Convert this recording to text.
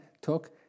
took